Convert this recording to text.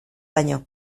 baino